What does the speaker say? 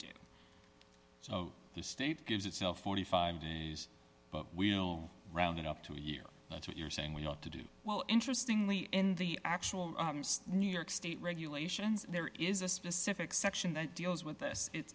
do so the state gives itself forty five dollars days but we'll round it up to a year that's what you're saying we ought to do well interestingly in the actual new york state regulations there is a specific section that deals with this it